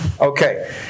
Okay